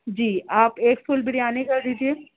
جی آپ ایک فل بریانی کر دیجیے